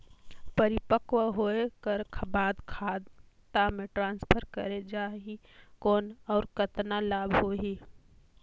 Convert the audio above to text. परिपक्व होय कर बाद खाता मे ट्रांसफर करे जा ही कौन और कतना लाभ होही?